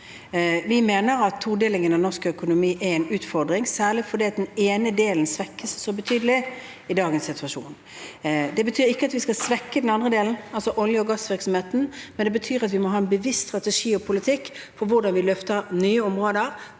Vi mener at todelingen av norsk økonomi er en utfordring, særlig fordi den ene delen svekkes så betydelig i dagens situasjon. Det betyr ikke at vi skal svekke den andre delen, olje- og gassvirksomheten, men det betyr at vi må ha en bevisst strategi og politikk for hvordan vi løfter nye områder